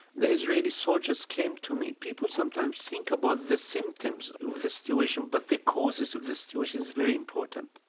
the israeli soldiers came to me. people sometimes think about the symptoms of the situation, but the causes of the situation is very important.